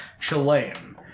Chilean